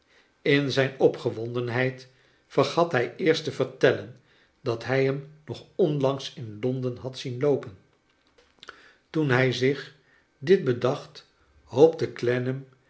in zijn opgewondenheid vergat hij eerst te vertellen dat hij hem nog onlangs in londen had zien loopenl toen hij zich dit bedacht hoopte